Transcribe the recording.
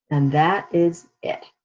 and that is it.